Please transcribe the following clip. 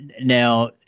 Now